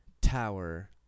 tower